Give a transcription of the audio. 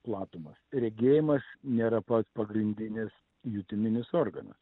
platumas regėjimas nėra pats pagrindinis jutiminis organas